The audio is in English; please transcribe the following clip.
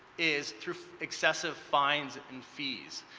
is through excessive fines and fees.